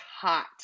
hot